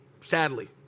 sadly